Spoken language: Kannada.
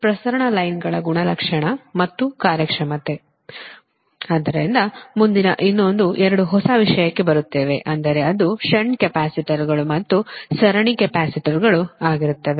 ಪ್ರಸರಣ ಲೈನ್'ಗಳ ಗುಣಲಕ್ಷಣ ಮತ್ತು ಕಾರ್ಯಕ್ಷಮತೆ ಆದ್ದರಿಂದ ಮುಂದಿನ ಇನ್ನೊಂದು ಎರಡು ಹೊಸ ವಿಷಯಕ್ಕೆ ಬರುತ್ತೇವೆ ಅಂದರೆ ಅದು ಶಂಟ್ ಕೆಪಾಸಿಟರ್ಗಳು ಮತ್ತು ಸರಣಿ ಕೆಪಾಸಿಟರ್ಗಳು ಅಗಿರುತ್ತವೆ